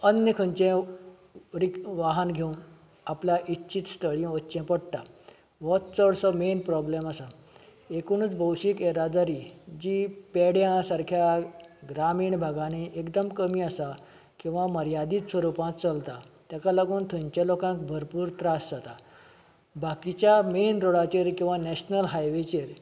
अन्य खंयचेंय वाहन घेवन आपल्या इत्शीत स्थळी वच्चें पडटा हो चडसो मेन प्रोब्लेम आसा एकुणच भौशीक येरादारी जी पेड्यां सारक्या ग्रामीण भागांनी एकदम कमी आसा किंवा मर्यादीत स्वरुपांत चलता ताका लागून थंयच्या लोकांक भरपूर त्रास जातात बाकीच्या मेन रोडाचेर किंवा नॅशनल हायवेचेर